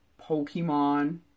Pokemon